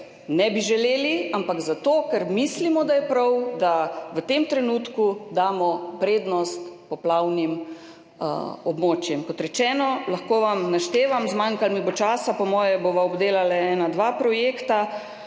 ne bi želeli, ampak zato, ker mislimo, da je prav, da v tem trenutku damo prednost poplavnim območjem. Kot rečeno, lahko vam naštevam, zmanjkalo mi bo časa. Po moje bova obdelali ena, dva projekta: